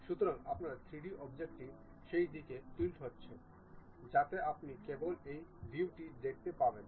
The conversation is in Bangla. সুতরাং আপনার 3D অবজেক্টটি সেই দিকে টিল্ট হচ্ছে যাতে আপনি কেবল এই ভিউটি দেখতে পারেন